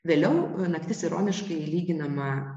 vėliau naktis ironiškai lyginama